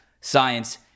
science